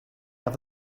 have